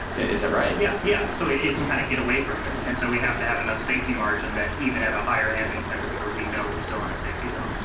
is that right? yeah, yeah. so it can kind of get away from you and so we have to have enough safety margin that even at a higher ambient temperature, we know we're still in a safety zone.